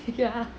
ya